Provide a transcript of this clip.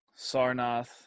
Sarnath